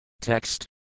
Text